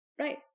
Right